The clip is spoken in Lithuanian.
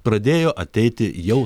pradėjo ateiti jau